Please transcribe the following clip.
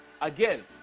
Again